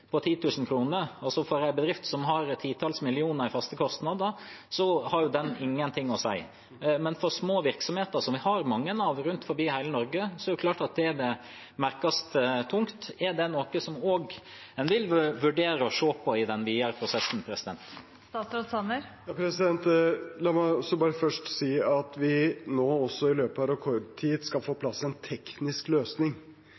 på 10 000 kr, vil den for en bedrift som har titalls millioner i faste kostnader, ikke ha noe å si. Men for små virksomheter, som vi har mange av rundt omkring i hele Norge, er det klart at det vil merkes godt. Er det noe som en også vil vurdere å se på i den videre prosessen? La meg bare først si at vi nå også i løpet av rekordtid skal få